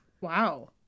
Wow